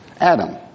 Adam